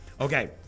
Okay